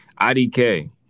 IDK